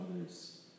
others